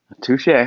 touche